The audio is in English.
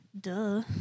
duh